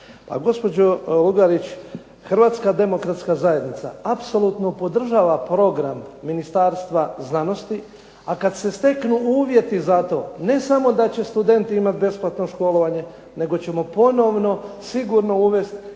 Gospođo Lugarić, Hrvatska demokratska zajednica apsolutno podržava program Ministarstva znanosti a kad se steknu uvjeti za to ne samo da će studenti imati besplatno školovanje nego ćemo ponovno sigurno uvesti